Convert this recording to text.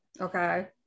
okay